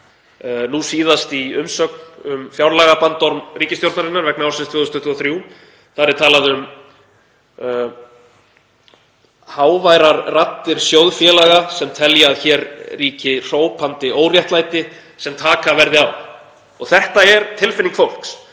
nú síðast í umsögn um fjárlagabandorm ríkisstjórnarinnar vegna ársins 2023. Þar er talað um háværar raddir sjóðfélaga sem telja að hér ríki hrópandi óréttlæti sem taka verði af. Þetta er tilfinning fólks.